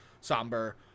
somber